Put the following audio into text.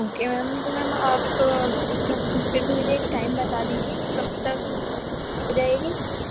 okay ma'am تو ma'am آپ مطلب پھر بھی مجھے ایک ٹائم بتا دیجیے کب تک ہو جائے گی